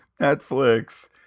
netflix